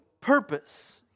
purpose